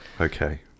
Okay